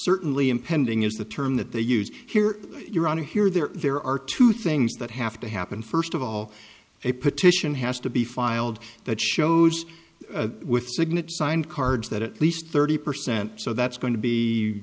certainly impending is the term that they use here your honor here there there are two things that have to happen first of all a petition has to be filed that shows with signature signed cards that at least thirty percent so that's go